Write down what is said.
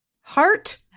heart